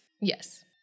Yes